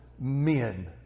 men